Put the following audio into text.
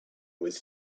was